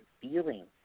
feelings